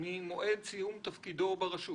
ממועד סיום תפקידו ברשות